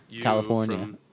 California